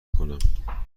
کنم